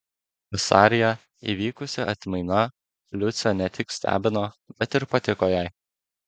vasaryje įvykusi atmaina liucę ne tik stebino bet ir patiko jai